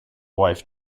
wife